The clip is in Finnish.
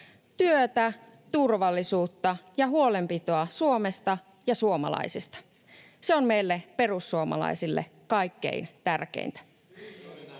Työtä, turvallisuutta ja huolenpitoa Suomesta ja suomalaisista. Se on meille perussuomalaisille kaikkein tärkeintä.